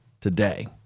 today